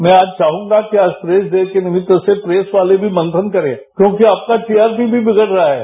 मैं आज चाहूंगा कि आज प्रेस डे के अवसर पर प्रेस वाले भी मंथन करे क्योंकि आपका टीआरपी भी बिगड़ रहा है